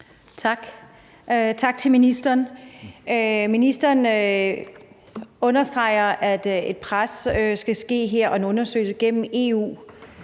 Tak, og tak til ministeren. Ministeren understreger, at et pres skal ske herfra og gennem en